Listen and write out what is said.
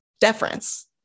Deference